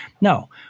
No